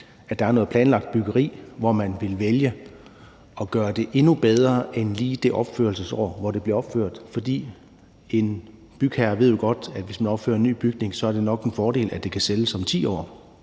noget af det planlagte byggeri vil vælge at gøre det endnu bedre, end hvad der lige kræves i opførelsesåret, for en bygherre ved jo godt, at hvis man opfører en ny bygning, er det nok en fordel, at den kan sælges om 10 år,